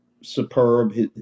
superb